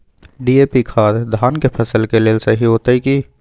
DAP खाद धान के फसल के लेल सही होतय की?